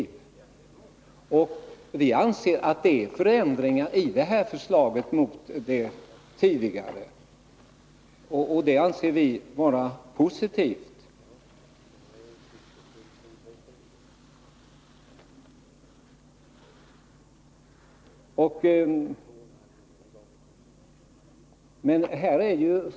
Vi anser att förändringarna i detta förslag är positiva.